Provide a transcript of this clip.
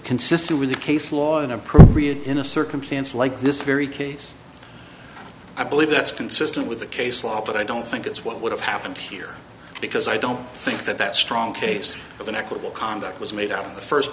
consistent with the case law and appropriate in a circumstance like this very case i believe that's consistent with the case law but i don't think that's what would have happened here because i don't think that that strong case of an equitable conduct was made up of the first